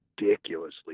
ridiculously